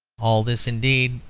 all this, indeed,